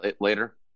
later